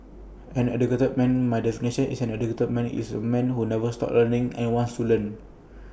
an educated man My definition of an educated man is A man who never stops learning and wants to learn